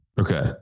Okay